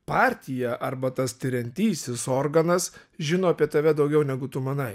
partija arba tas tiriantysis organas žino apie tave daugiau negu tu manai